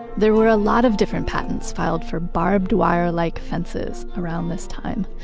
there were a lot of different patents filed for barbed wire like fences around this time,